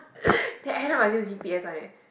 then end up must use g_p_s one eh